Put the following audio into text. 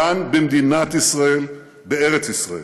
כאן, במדינת ישראל, בארץ-ישראל.